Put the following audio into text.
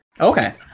Okay